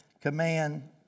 command